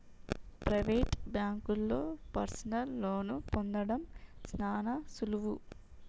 private బాంకుల్లో personal లోన్లు పొందడం సాన సులువు